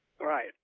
right